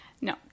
No